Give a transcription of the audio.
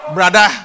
Brother